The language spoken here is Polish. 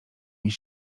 tymi